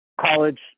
college